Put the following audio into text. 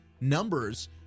numbers